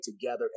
together